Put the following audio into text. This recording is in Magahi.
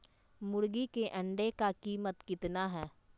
मुर्गी के अंडे का कीमत कितना है?